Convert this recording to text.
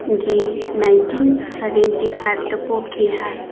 ꯒꯤ nineteen seventy ꯐꯥꯏꯕꯇ ꯄꯣꯛꯈꯤ ꯍꯥꯏ